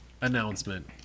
announcement